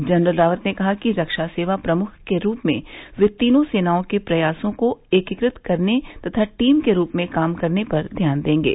general Rawat ने कहा कि रक्षा सेवा प्रमुख के रूप में वे तीनों सेनाओं के प्रयासों को एकीकृत करने तथा टीम के रूप में काम करने पर ध्यान देंगे